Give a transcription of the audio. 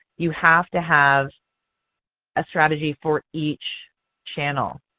you have to have a strategy for each channel.